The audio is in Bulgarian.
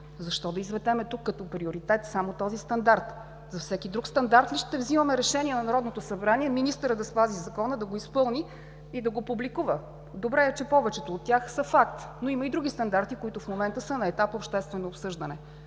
Защо да изведем тук като приоритет само този стандарт? За всеки друг стандарт ли ще взимаме решения на Народното събрание министърът да спази закона, да го изпълни и да го публикува? Добре, че повечето от тях са факт, но има и други стандарти, които в момента са на етап обществено обсъждане.